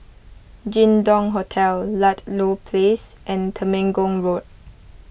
Jin Dong Hotel Ludlow Place and Temenggong Road